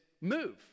move